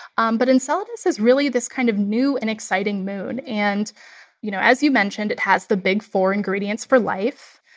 um but enceladus is really this kind of new and exciting moon. and you know, as you mentioned, it has the big four ingredients for life.